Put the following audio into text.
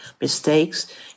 mistakes